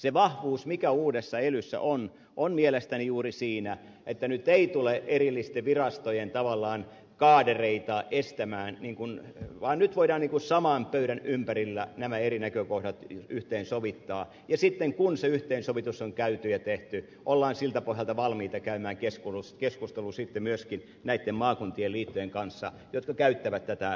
se vahvuus mikä uudessa elyssä on on mielestäni juuri siinä että nyt ei tulla tavallaan erillisten virastojen kaadereita estämään vaan nyt voidaan saman pöydän ympärillä nämä eri näkökohdat yhteensovittaa ja sitten kun se yhteensovitus on käyty ja tehty ollaan siltä pohjalta valmiita käymään keskustelu sitten myöskin näitten maakuntien liittojen kanssa jotka käyttävät tätä aluekehitysvaltaa